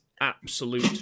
absolute